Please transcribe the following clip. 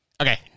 okay